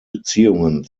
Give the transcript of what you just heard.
beziehungen